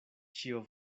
ĉio